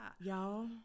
y'all